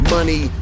Money